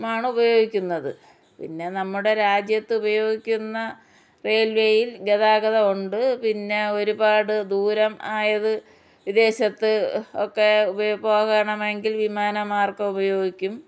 മാണുപയോഗിക്കുന്നത് പിന്നെ നമ്മുടെ രാജ്യത്ത് ഉപയോഗിക്കുന്ന റെയിൽവേയും ഗതാഗതം ഉണ്ട് പിന്നെ ഒരുപാട് ദൂരം ആയത് വിദേശത്ത് ഒക്കെ വേ പോകണമെങ്കിൽ വിമാനമാർഗ്ഗം ഉപയോഗിക്കും